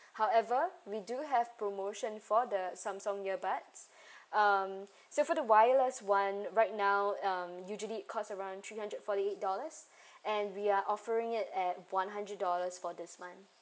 however we do have promotion for the Samsung earbuds um for the wireless [one] right now um usually cost around three hundred forty dollars and we are offering it at one hundred dollars for this month